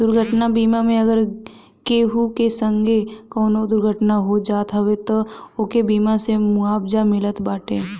दुर्घटना बीमा मे अगर केहू के संगे कवनो दुर्घटना हो जात हवे तअ ओके बीमा से मुआवजा मिलत बाटे